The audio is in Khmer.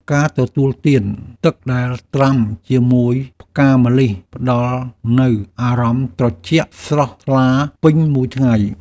ការទទួលទានទឹកដែលត្រាំជាមួយផ្កាម្លិះ ផ្តល់នូវអារម្មណ៍ត្រជាក់ស្រស់ថ្លាពេញមួយថ្ងៃ។